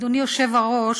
אדוני היושב-ראש,